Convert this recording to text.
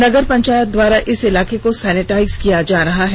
नगर पंचायत द्वारा इस इलाके को सैनिटाइज किया जा रहा है